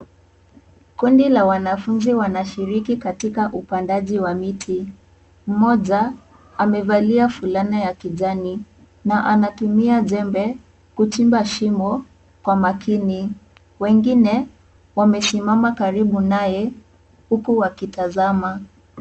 Kundi la wanafunzi wanashiriki katika upandaji wa miti, mmoja amevalia fulana ya kijani na anatumia jembe kuchimba shimo kwa umakini, wengine wamesimama karibu naye huku wakitazama.